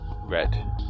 Red